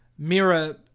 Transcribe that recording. Mira